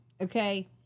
Okay